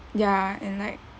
ya and like